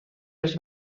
els